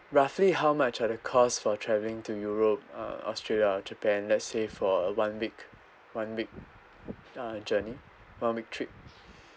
roughly how much are the cost for travelling to europe uh australia or japan let's say for a one week one week uh journey one week trip